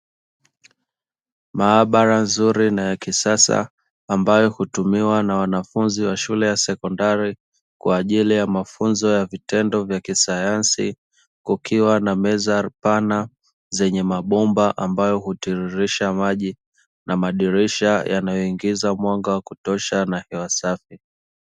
Maabara nzuri na ya kisasa ambayo hutumiwa na wanafunzi wa shule ya sekondari kwa ajili ya mafunzo ya vitendo vya kisayansi, kukiwa na meza pana zenye mabomba ambayo hutiririsha maji na madirisha yanayoingiza mwanga wakutosha na hewa safi.